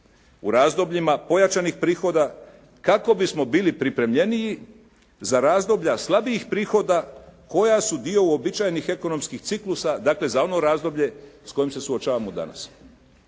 u razdobljima pojačanih prihoda kako bismo bili pripremljeniji za razdoblja slabijih prihoda koja su dio uobičajenih ekonomskih ciklusa dakle za ono razdoblje s kojim se suočavamo danas.